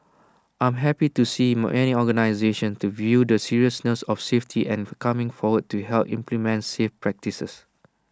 I am happy to see my many organisations the view the seriousness of safety and coming forward to help implement safe practices